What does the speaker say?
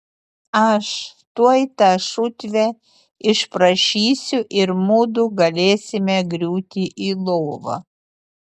aš tuoj tą šutvę išprašysiu ir mudu galėsime griūti į lovą